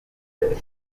parents